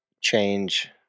change